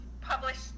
published